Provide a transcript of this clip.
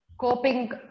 coping